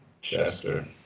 Chester